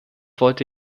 wollte